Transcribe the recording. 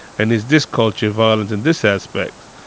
and is this culture violent in this aspect.